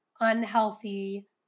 unhealthy